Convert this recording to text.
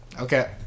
okay